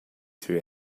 two